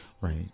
right